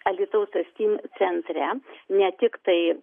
alytaus steam centre ne tiktai